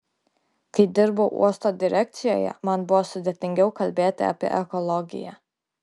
kai dirbau uosto direkcijoje man buvo sudėtingiau kalbėti apie ekologiją